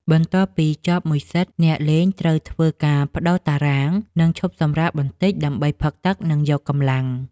បន្ទាប់ពីចប់មួយសិត អ្នកលេងត្រូវធ្វើការប្តូរតារាង និងឈប់សម្រាកបន្តិចដើម្បីផឹកទឹក និងយកកម្លាំង។